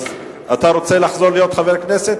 אז אתה רוצה לחזור להיות חבר כנסת?